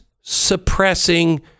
suppressing